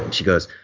and she goes,